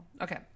Okay